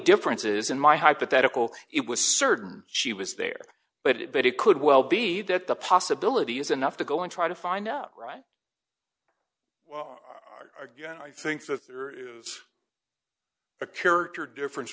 difference is in my hypothetical it was certain she was there but it but it could well be that the possibility is enough to go and try to find out right again i think that there is a character difference